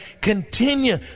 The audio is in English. continue